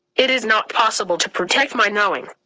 it is not possible to protect my knowing.